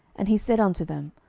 and he said unto them,